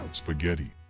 spaghetti